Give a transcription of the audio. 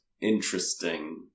interesting